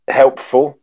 helpful